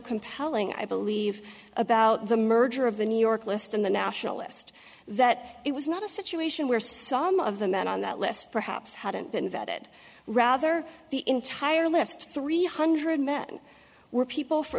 compelling i believe about the merger of the new york list and the nationalist that it was not a situation where some of the men on that list perhaps hadn't been vetted rather the entire last three hundred men were people for